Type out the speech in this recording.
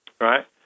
right